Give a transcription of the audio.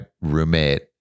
roommate